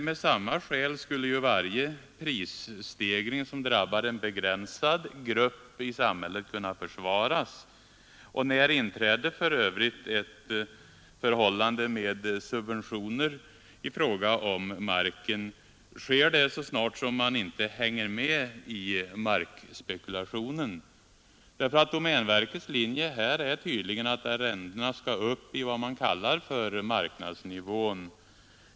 Med samma skäl skulle varje prisstegring som drabbar en begränsad grupp i samhället kunna försvaras. När inträder för övrigt ett förhållande med subventioner i fråga om marken? Sker det så snart man inte hänger med i markspekulationen? Domänverkets linje är tydligen att arrendena skall upp till vad man kallar för marknadsnivån.